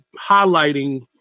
highlighting